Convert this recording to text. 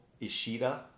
Ishida